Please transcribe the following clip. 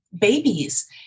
babies